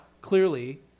clearly